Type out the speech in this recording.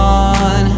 on